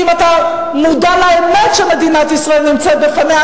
ואם אתה מודע לאמת שמדינת ישראל נמצאת בפניה,